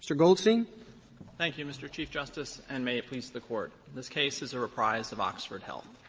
so goldstein thank you, mr. chief justice, and may it please the court this case is a reprise of oxford health.